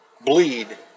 bleed